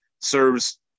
serves